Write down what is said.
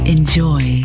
Enjoy